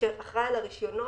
שאחראי על הרישיונות.